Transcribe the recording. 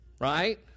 right